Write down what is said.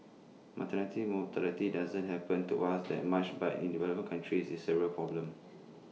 maternity mortality doesn't happen to us that much but in developing countries IT is A real problem